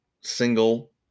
single